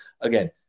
again